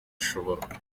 ashobora